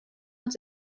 uns